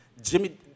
Jimmy